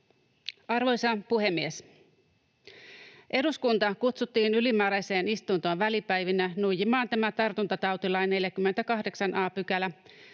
Arvoisa puhemies! Eduskunta kutsuttiin ylimääräiseen istuntoon välipäivinä nuijimaan tartuntatautilain 48 a